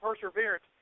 perseverance